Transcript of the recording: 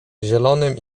zielonym